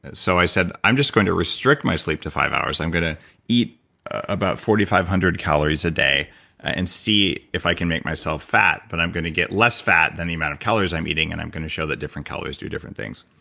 and so i said, i'm just going to restrict my sleep to five hours. i'm going to eat about four thousand five hundred calories a day and see if i can make myself fat, but i'm going to get less fat than the amount of calories i'm eating and i'm going to show that different calories do different things.